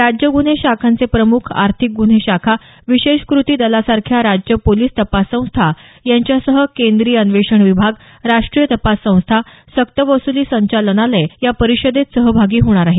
राज्य गुन्हे शाखांचे प्रमुख आर्थिक गुन्हे शाखा विशेष क्रती दलासारख्या राज्य पोलीस तपास संस्था यांच्यासह केंद्रीय अन्वेषण संस्था राष्ट्रीय तपास संस्था सक्तवसुली संचालनालय या परिषदेत सहभागी होणार आहेत